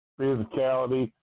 physicality